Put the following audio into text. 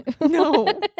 No